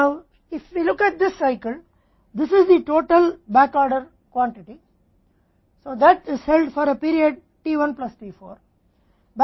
अब यदि हम इस चक्र को देखते हैं तो यह कुल बैक ऑर्डर मात्रा है जो कि अवधि t1 प्लस t4 के लिए आयोजित की जाती है